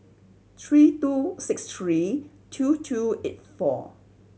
three two six three two two eight four